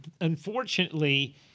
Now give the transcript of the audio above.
Unfortunately